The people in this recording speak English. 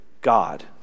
God